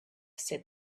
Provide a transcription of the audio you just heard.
said